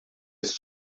ist